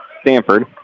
Stanford